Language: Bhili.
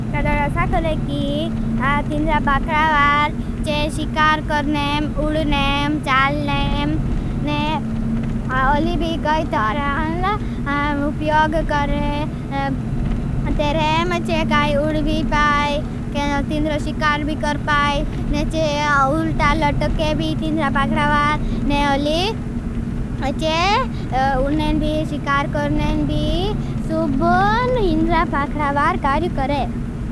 कड़ोड असा करे की तींजरा पाखड़ा वार चे शिकार करनें। उड़नें, चालनें ने अली भी कोई तर उप्योग करे। तेरे मचे काई उड़ भी पाई। तींजरा शिकार भी कर पाई ने चे उल्टा लटके भी तींजरा पाखड़ा वार ने अली चे उड़नें भी। शिकार करनें भी, सुबन इंजरा पाखड़ा वार काई करे।